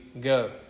go